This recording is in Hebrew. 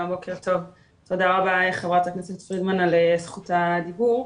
תודה רבה חברת הכנסת פרידמן על זכות הדיבור.